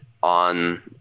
on